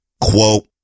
Quote